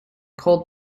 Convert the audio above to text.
cold